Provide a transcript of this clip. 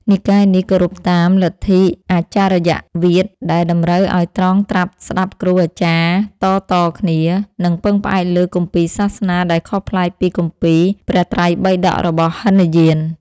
និកាយនេះគោរពតាម លទ្ធិអាចរិយវាទ ដែលតម្រូវឱ្យត្រងត្រាប់ស្តាប់គ្រូអាចារ្យតៗគ្នា និងពឹងផ្អែកលើគម្ពីរសាសនាដែលខុសប្លែកពីគម្ពីរព្រះត្រៃបិដករបស់ហីនយាន។